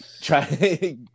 try